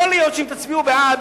יכול להיות שאם תצביעו בעד,